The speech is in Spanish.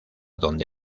donde